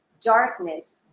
darkness